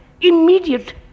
immediate